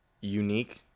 unique